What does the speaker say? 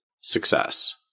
success